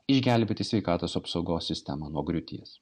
išgelbėti sveikatos apsaugos sistemą nuo griūties